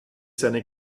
seine